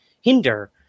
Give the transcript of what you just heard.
hinder